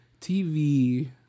TV